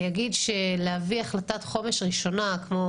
אני אגיד שלהביא החלטת חומש ראשונה כמו